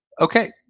okay